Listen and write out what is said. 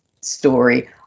story